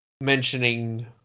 mentioning